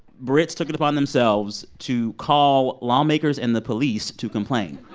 brits took it upon themselves to call lawmakers and the police to complain